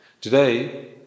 Today